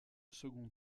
second